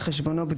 על חשבונו,